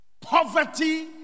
poverty